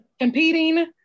competing